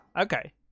okay